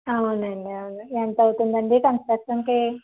అవును అండి అవును అండి ఎంత అవుతుంది అండి కన్స్ట్రక్షన్కి